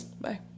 Bye